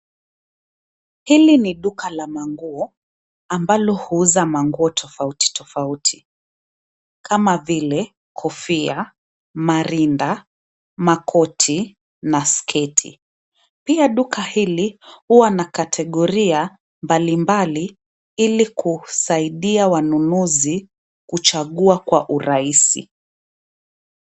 Hili ni duka la manguo ambalo huuza manguo tofauti tofauti, kama vile kofia, marinda, makoti na sketi. Pia duka hili huwa na kategoria mbali mbali ili kusaidia wanunuzi kuchagua kwa urahisi.